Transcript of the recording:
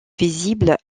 visible